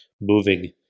moving